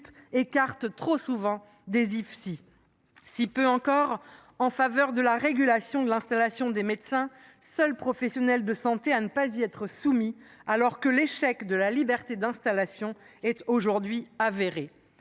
en soins infirmiers (Ifsi). Si peu encore en faveur de la régulation de l’installation des médecins, seuls professionnels de santé à ne pas y être soumis, alors que l’échec de la liberté d’installation est aujourd’hui établi.